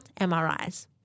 MRIs